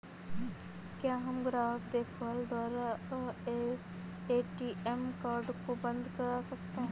क्या हम ग्राहक देखभाल द्वारा ए.टी.एम कार्ड को बंद करा सकते हैं?